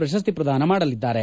ಪ್ರಶಸ್ತಿ ಪ್ರದಾನ ಮಾಡಲಿದ್ದಾರೆ